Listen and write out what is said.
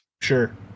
Sure